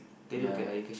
ya